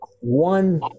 one